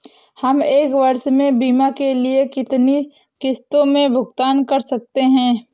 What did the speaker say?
हम एक वर्ष में बीमा के लिए कितनी किश्तों में भुगतान कर सकते हैं?